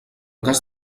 cas